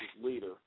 leader